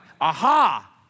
aha